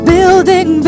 Building